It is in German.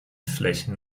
flächen